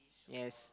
yes